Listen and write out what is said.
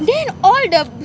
then all the